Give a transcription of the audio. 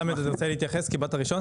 סמי, בבקשה.